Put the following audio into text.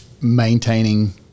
maintaining